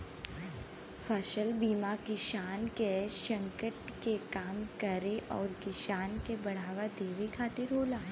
फसल बीमा किसान के संकट के कम करे आउर किसान के बढ़ावा देवे खातिर होला